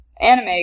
anime